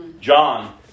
John